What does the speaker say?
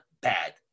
bad